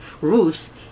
Ruth